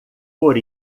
por